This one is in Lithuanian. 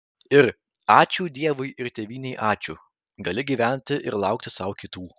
ir ačiū dievui ir tėvynei ačiū gali gyventi ir laukti sau kitų